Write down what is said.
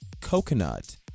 Coconut